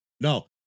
no